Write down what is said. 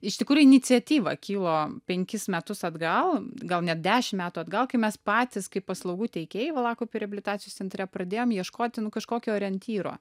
iš tikrųjų iniciatyva kilo penkis metus atgal gal net dešim metų atgal kai mes patys kaip paslaugų teikėjai valakupių reabilitacijos centre pradėjom ieškoti nu kažkokio orientyro